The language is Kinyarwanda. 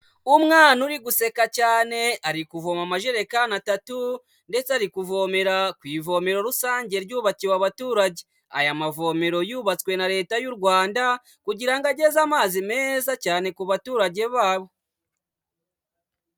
Umwana uri guseka cyane, ari kuvoma amajerekani atatu, ndetse ari kuvomera ku ivomero rusange ryubakiwe abaturage, aya mavomero yubatswe na Leta y'u Rwanda kugira ngo ageze amazi meza cyane ku baturage babo.